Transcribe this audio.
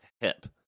hip